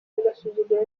agasuzuguro